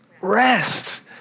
Rest